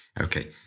Okay